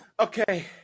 Okay